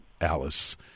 Alice